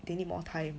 they need more time